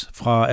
fra